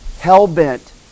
hell-bent